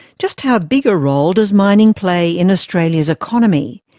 just how big a role does mining play in australia's economy?